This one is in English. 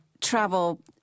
travel